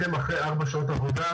אתם אחרי ארבע שעות עבודה